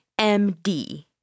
MD